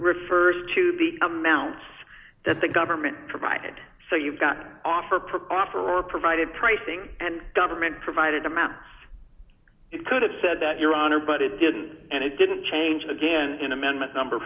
refers to the amounts that the government provided so you've got offer proper or provided pricing and government provided a map it could have said that your honor but it didn't and it didn't change again in amendment number